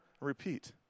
repeat